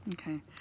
Okay